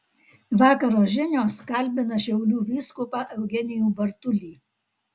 vakaro žinios kalbina šiaulių vyskupą eugenijų bartulį